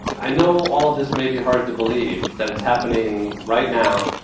i know all of this may be hard to believe, that it's happening right now,